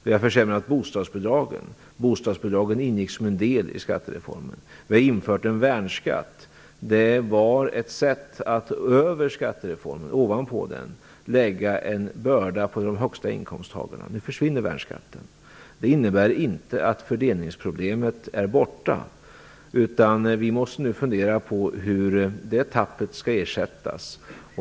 Vi har försämrat bostadsbidragen - de ingick också som en del i skattereformen. Vi har infört en värnskatt. Det var ett sätt att ovanpå skattereformen lägga en börda på de högsta inkomsttagarna. Nu försvinner värnskatten. Det innebär inte att fördelningsproblemet är borta. Vi måste nu fundera över hur det tappet skall ersättas.